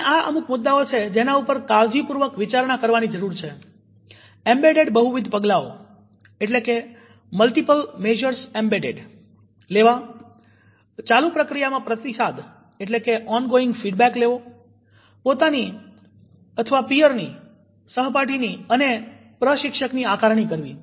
અને આ અમુક મુદ્દાઓ છે જેના ઉપર કાળજીપૂર્વક વિચારણા કરવાની જરૂર છે એમ્બેડેડ બહુવિધ પગલાંઓ લેવા ચાલુ પ્રક્રિયામાં પ્રતિસાદ લેવો પોતાની પીઅર સહપાઠીની અને પ્રશિક્ષકની આકારણી કરવી